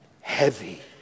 heavy